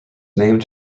named